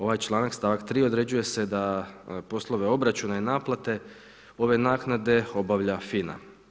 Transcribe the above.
Ovaj članak st.3. određuje se da poslove obračuna i naplate ove naknade obavlja FINA.